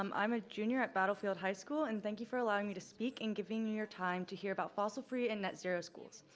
um i'm a junior at battlefield high school and thank you for allowing me to speak and giving me your time to hear about fossil free and net zero schools.